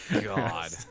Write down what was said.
God